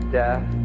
death